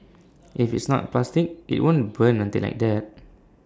if it's not plastic IT won't burn until like that